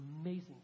amazing